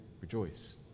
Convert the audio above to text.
Rejoice